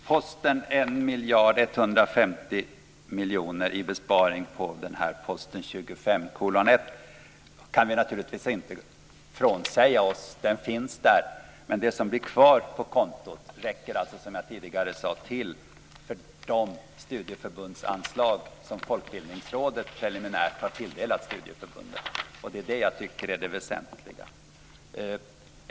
Fru talman! Beloppet 1 150 miljoner i besparingar i posten 25:1 kan vi naturligtvis inte frånsäga oss. Det finns där. Men det som blir kvar på kontot räcker, som jag tidigare sade, till för de studieförbundsanslag som Folkbildningsrådet preliminärt har tilldelat studieförbunden. Det är det som jag tycker är det väsentliga.